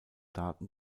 daten